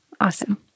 Awesome